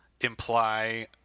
imply